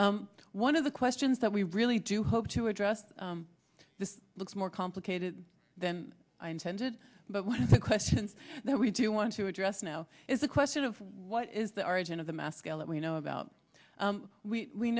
one of the questions that we really do hope to address this looks more complicated than i intended but one of the questions that we do want to address now is a question of what is the origin of the mass scale that we know about